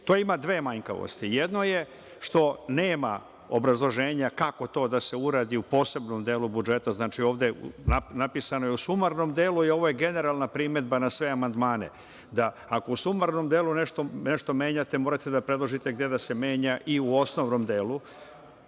ima dve manjkavosti. Jedno je što nema obrazloženja kako to da se uradi u posebnom delu budžeta, znači, ovde je napisano, u sumarnom delu, ovo je generalna primedba na sve amandmane, da ako u sumarnom delu nešto menjate, morate da predložite gde da se menja i u osnovnom delu,